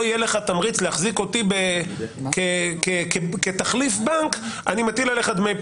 יהיה לך תמריץ להחזיק אותי כתחליף בנק אני מטיל עליך דמי פיגורים.